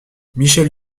michel